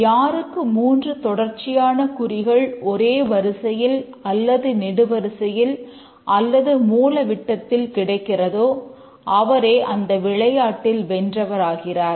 யாருக்கு மூன்று தொடர்ச்சியான குறிகள் ஒரே வரிசையில் அல்லது நெடு வரிசையில் அல்லது மூலவிட்டத்தில் கிடைக்கிறதோ அவரே அந்த விளையாட்டில் வென்றவர் ஆகிறார்